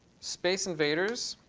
space invaders,